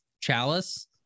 Chalice